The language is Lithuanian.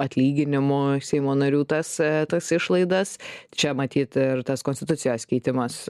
atlyginimu seimo narių tas tas išlaidas čia matyt ir tas konstitucijos keitimas